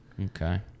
okay